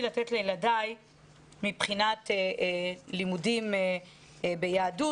לתת לילדיי מבחינת לימודים ביהדות,